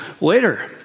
later